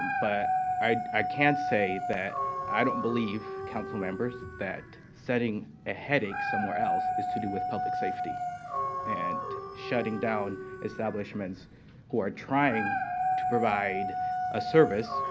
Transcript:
but i i can't say that i don't believe, council members, that setting a headache somewhere else is to do with public safety and shutting down establishments who are trying to provide a service,